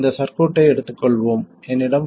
இந்த சர்க்யூட்டை எடுத்துக்கொள்வோம் என்னிடம் 5